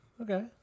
Okay